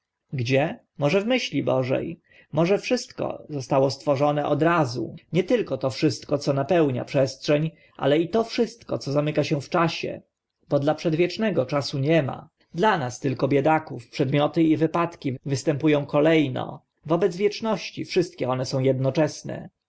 gdzie może w myśli boże może wszystko zostało stworzone od razu nie tylko to wszystko co napełnia przestrzeń ale i to wszystko co zamyka się w czasie bo dla przedwiecznego czasu nie ma dla nas tylko biedaków przedmioty i wypadki występu ą kolejno wobec wieczności wszystkie one są jednoczesne